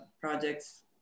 projects